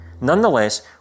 Nonetheless